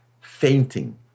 fainting